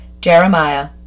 Jeremiah